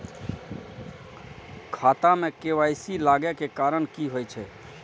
खाता मे के.वाई.सी लागै के कारण की होय छै?